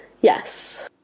yes